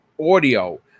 audio